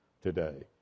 today